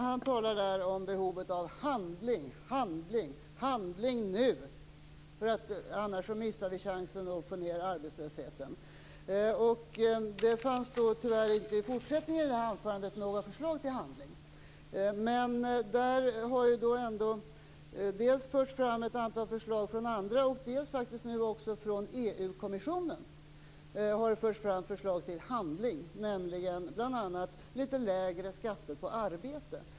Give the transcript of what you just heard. Han talar om behovet av handling, handling och handling nu! Annars missar vi chansen att få ned arbetslösheten. Tyvärr fanns i det här anförandet inte några förslag till handling. Men det har förts fram en del förslag till handling av andra och faktiskt också av EU kommissionen. Det gäller bl.a. litet lägre skatter på arbete.